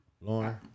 Lauren